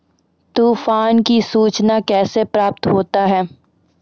तुफान की सुचना कैसे प्राप्त होता हैं?